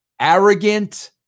arrogant